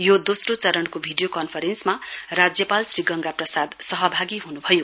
यो दोस्रो चरणको भिडियो कन्फरेन्समा राज्यपाल श्री गंगा प्रसाद सहभागी हन्भयो